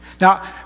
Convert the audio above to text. Now